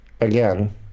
again